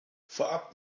vorab